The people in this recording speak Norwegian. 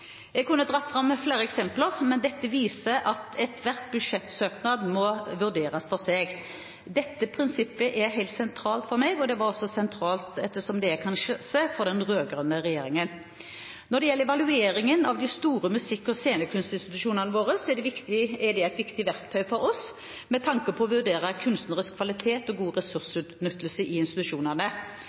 Jeg kunne dratt fram flere eksempler, men dette viser at enhver budsjettsøknad må vurderes for seg. Dette premisset er helt sentralt for meg, og etter det jeg kan se, var det også sentralt for den rød-grønne regjeringen. Når det gjelder evalueringene av de store musikk- og scenekunstinstitusjonene våre, er disse et viktig verktøy for oss med tanke på å vurdere kunstnerisk kvalitet og god ressursutnyttelse i institusjonene.